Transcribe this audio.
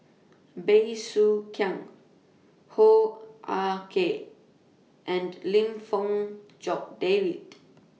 Bey Soo Khiang Hoo Ah Kay and Lim Fong Jock David